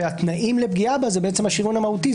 ו"התנאים לפגיעה בה" זה השריון המהותי,